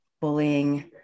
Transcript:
bullying